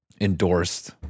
endorsed